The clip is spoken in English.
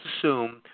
assume